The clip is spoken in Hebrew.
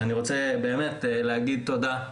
שאני רוצה באמת להגיד תודה,